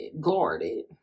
guarded